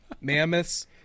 mammoths